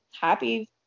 happy